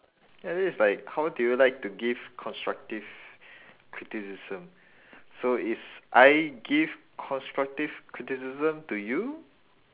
ya this is like how do you like to give constructive criticism so is I give constructive criticism to you